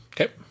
Okay